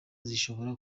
zishobora